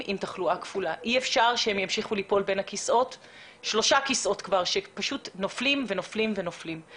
לתחלואה כפולה בבתי חולים פסיכיאטריים ולכן